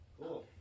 Cool